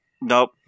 Nope